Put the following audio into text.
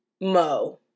Mo